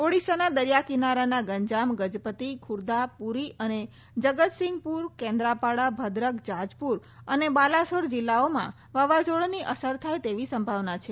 ઓડિશાના દરિયા કિનારાના ગંજામ ગજપતિ ખુર્દા પુરી અને જગતસિંઘપુર કેન્દ્રાપાડા ભદ્રક જાજપુર અને બાલાસોર જિલ્લાઓમાં વાવાઝોડાની અસર થાય તેવી સંભાવના છે